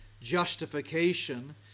justification